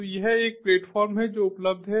तो यह एक प्लेटफॉर्म है जो उपलब्ध है